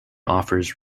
offers